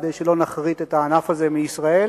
כדי שלא נכרית את הענף הזה מישראל.